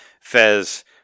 Fez